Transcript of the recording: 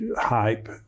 hype